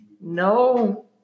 No